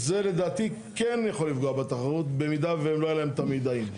זה לדעתי כן יכול לפגוע בתחרות במידה והם לא היה להם את המידעים.